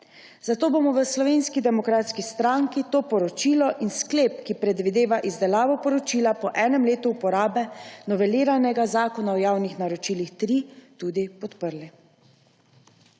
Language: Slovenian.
Zato bomo v Slovenski demokratski stranki to poročilo in sklep, ki predvideva izdelavo poročila po enem letu uporabe noveliranega Zakona o javnih naročilih (ZJN-3), tudi podprli.